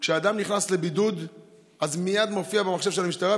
כשאדם נכנס לבידוד אז הוא מייד מופיע במחשב של המשטרה,